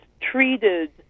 treated